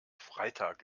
freitag